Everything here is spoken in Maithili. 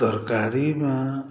तरकारीमे